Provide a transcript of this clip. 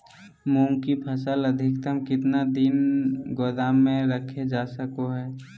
मूंग की फसल अधिकतम कितना दिन गोदाम में रखे जा सको हय?